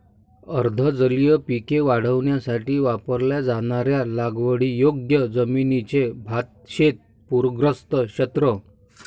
अर्ध जलीय पिके वाढवण्यासाठी वापरल्या जाणाऱ्या लागवडीयोग्य जमिनीचे भातशेत पूरग्रस्त क्षेत्र